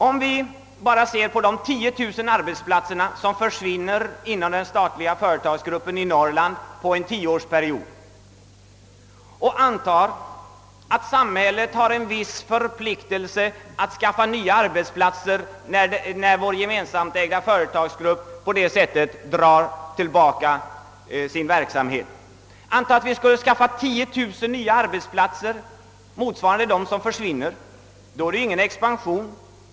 Om samhället skapar 10000 nya arbetstillfällen i stället för dem som under en tioårsperiod försvinner inom den statliga företagsgruppen, så innebär det inte någon expansion utan bara en kompensation.